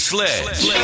Sledge